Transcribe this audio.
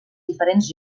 diferents